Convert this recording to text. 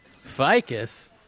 Ficus